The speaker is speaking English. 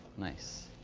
nice.